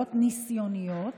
בהתוויות ניסיוניות